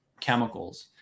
chemicals